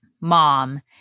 mom